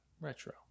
Retro